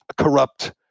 corrupt